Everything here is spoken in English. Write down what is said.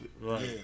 right